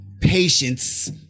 patience